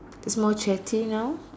is more chatty now